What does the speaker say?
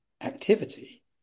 activity